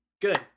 good